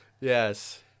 Yes